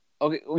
okay